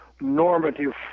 normative